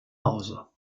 hause